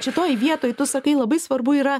šitoj vietoj tu sakai labai svarbu yra